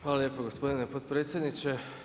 Hvala lijepo gospodine potpredsjedniče.